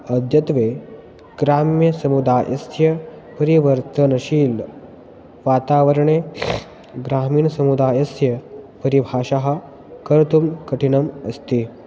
अद्यत्वे ग्राम्यसमुदायस्य परिवर्तनशीले वातावरणे ग्रामीणसमुदायस्य परिभाषाः कर्तुं कठिनम् अस्ति